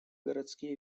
городские